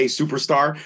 superstar